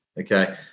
okay